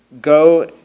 go